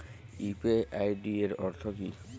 UPI এর অর্থ কি?